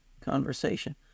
conversation